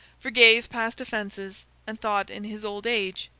forgave past offences, and thought, in his old age,